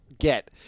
get